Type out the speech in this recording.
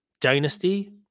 Dynasty